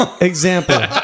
example